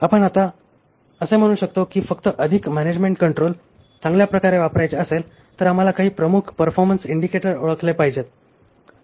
आपण आता असे म्हणू शकतो की फक्त अधिक मॅनॅजमेण्ट कंट्रोल चांगल्या प्रकारे वापरायचे असेल तर आम्हाला काही प्रमुख परफॉरमन्स इंडिकेटर ओळखले पाहिजेत